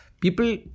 People